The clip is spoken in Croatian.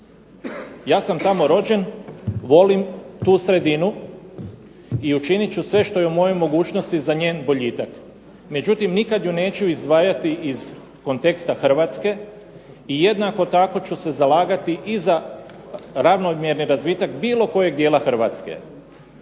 Ja sam tamo rođen, volim tu sredinu i učinit ću sve što je u mojoj mogućnosti za njen boljitak. Međutim, nikada je neću izdvajati iz konteksta Hrvatske i jednako tako ću se zalagati i za ravnomjerni razvitak bilo kojeg dijela HRvatske.